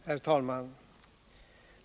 Herr talman!